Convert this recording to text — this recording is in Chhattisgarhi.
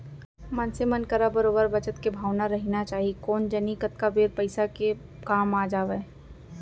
मनसे मन करा बरोबर बचत के भावना रहिना चाही कोन जनी कतका बेर पइसा के काम आ जावय